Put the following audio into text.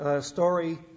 story